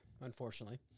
unfortunately